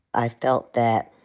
i felt that,